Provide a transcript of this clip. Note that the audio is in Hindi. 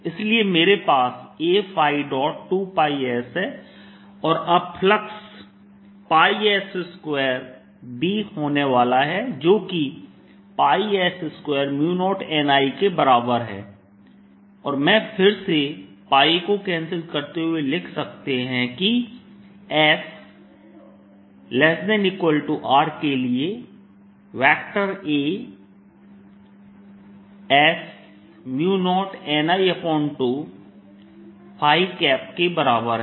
इसलिए मेरे पास A2πs है और अब फ्लक्स s2B होने वाला है जो कि s20nI के बराबर है और मैं फिर से को कैंसिल करते हुए लिख सकते हैं कि s≤R के लिए वेक्टर A s0nI2 के बराबर है